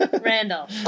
Randall